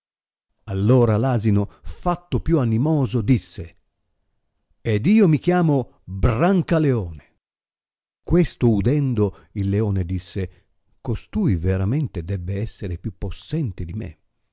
appella all'ora l'asino fatto più animoso disse ed io mi chiamo brancaleone questo udendo il leone disse costui vei amente debbe esser più possente di me